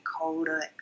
colder